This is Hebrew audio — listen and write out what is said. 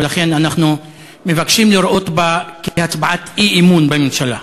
ולכן אנחנו מבקשים לראות בה הצעת אי-אמון בממשלה.